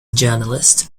journalist